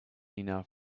enough